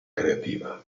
creativa